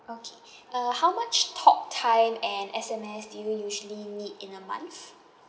okay uh how much talk time and S_M_S do you usually need in a month